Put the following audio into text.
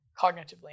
cognitively